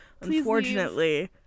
unfortunately